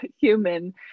human